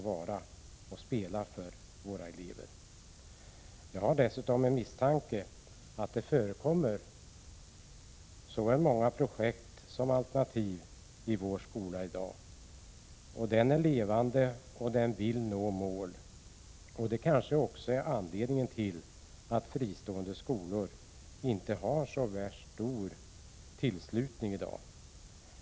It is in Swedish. Jag misstänker dessutom att det förekommer såväl många projekt som alternativ i dagens skola. Den skolan är levande och vill uppnå mål. Det kanske är anledningen till att fristående skolor inte har så värst stor tillströmning i dag.